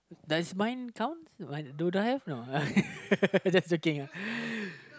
does mine count do I have or not just joking